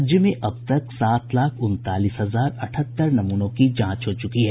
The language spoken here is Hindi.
राज्य में अब तक सात लाख उनतालीस हजार अठहत्तर नमूनों की जांच हो चुकी है